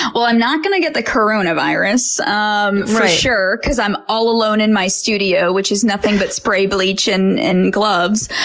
well, i'm not going to get the coronavirus um for sure, because i'm all alone in my studio, which is nothing but spray bleach and gloves.